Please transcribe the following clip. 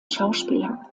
schauspieler